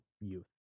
youth